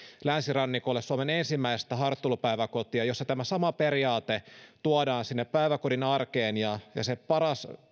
länsirannikolle suomen ensimmäistä harjoittelupäiväkotia jossa tämä sama periaate tuodaan sinne päiväkodin arkeen ja se paras